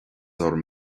orm